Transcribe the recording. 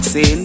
See